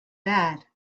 that